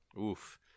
Oof